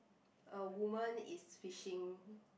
a woman is fishing